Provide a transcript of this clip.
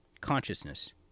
consciousness